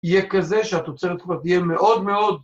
‫יהיה כזה שהתוצרת כבר תהיה מאוד מאוד...